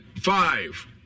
five